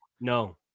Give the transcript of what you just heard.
No